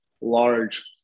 large